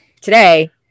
Today